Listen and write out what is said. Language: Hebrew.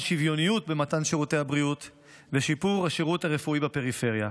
שוויוניות במתן שירותי הבריאות לשיפור השירות הרפואי בפריפריה.